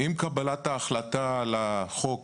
עם קבלת ההחלטה על החוק